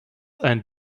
ein